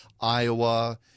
Iowa